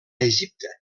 egipte